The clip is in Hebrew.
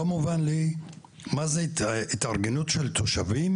לא מובן לי מה זה התארגנות של תושבים